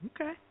Okay